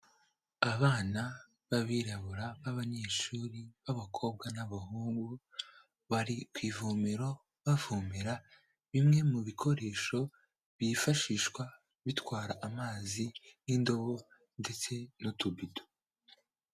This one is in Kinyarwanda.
Abana b'abirabura b'abanyeshuri b'abakobwa n'abahungu bari ku ivomero, bavomera bimwe mu bikoresho byifashishwa bitwara amazi nk'indobo ndetse n'utubido.